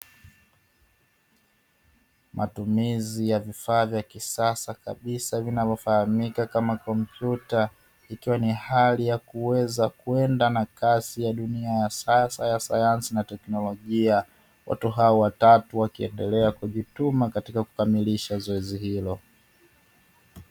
Matumizi ya vifaa vya kisasa kabisa vinavyofahamika kama kompyuta vyenye hali ya kuweza kwenda kasi na dunia ya sasa ya sayansi na teknolojia watu hao watatu wakiendelea kujituma katika kukamilisha zoezi hilo.